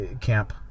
camp